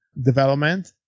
development